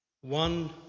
One